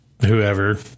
whoever